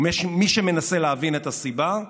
ומי שמנסה להבין את הסיבה,